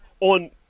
on